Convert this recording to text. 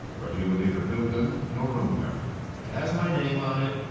but he would neither build them nor own them. it has my name on it.